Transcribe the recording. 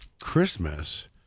Christmas